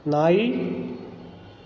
ನಾಯಿ